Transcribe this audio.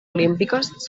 olímpiques